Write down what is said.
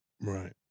Right